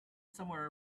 somewhere